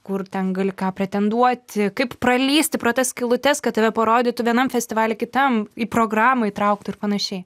kur ten gali ką pretenduoti kaip pralįsti pro tas skylutes kad tave parodytų vienam festivaly kitam į programą įtrauktų ir panašiai